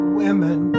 women